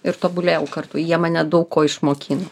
ir tobulėjau kartu jie mane daug ko išmokino